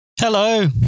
Hello